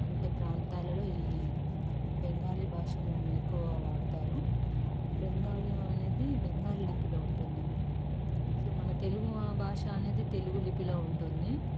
వంటి ప్రాంతాలలో ఈ బెంగాలీ భాషను ఎక్కువ వాడుతారు బెంగాలీ అనేది బెంగాలీ లిపిలో ఉంటుందండి సో మన తెలుగు భాష అనేది తెలుగు లిపిలో ఉంటుంది